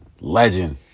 legend